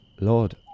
Lord